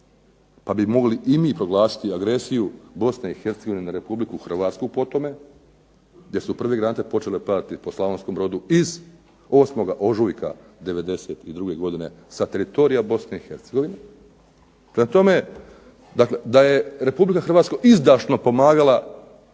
pa bi mogli i mi proglasiti agresiju Bosne i Hercegovine na Republiku Hrvatsku po tome, gdje su prve granate počele padati po Slavonskom brodu 8. ožujka '92. godine sa teritorija Bosne i Hercegovine. Prema tome, da je Republika Hrvatska izdašno pomagala